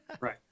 Right